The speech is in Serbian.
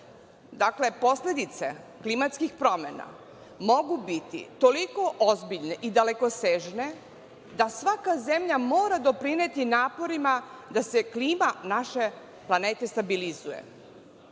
godine. Posledice klimatskih promena mogu biti toliko ozbiljne i dalekosežne da svaka zemlja mora doprineti naporima da se klima naše planete stabilizuje.